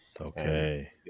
Okay